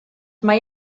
mai